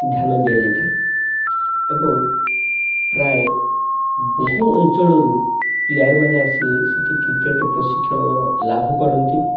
ଧ୍ୟାନ ଦିଆଯାଇଥାଏ ଏବଂ ପ୍ରାୟେ ବହୁ ଅଞ୍ଚଳରୁ ପ୍ଲେୟାରମାନେ ଆସି ସେଇଠି କ୍ରିକେଟ ପ୍ରଶିକ୍ଷଣ ଲାଭ କରନ୍ତି